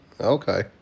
Okay